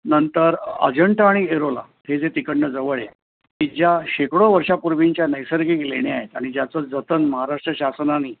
नंतर अजिंठा आणि एलोरा हे जे तिकडनं जवळ आहे की ज्या शेकडो वर्षापूर्वींच्या नैसर्गिक लेण्या आहेत आणि ज्याचं जतन महाराष्ट्र शासनाने